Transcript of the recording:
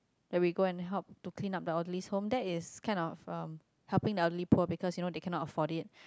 that we go and help to clean up the elderly's homes that is kind of um helping the elderly poor because you know they cannot afford it